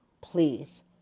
please